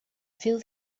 fill